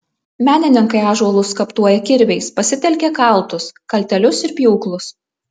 menininkai ąžuolus skaptuoja kirviais pasitelkia kaltus kaltelius ir pjūklus